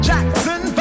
Jackson